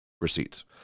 receipts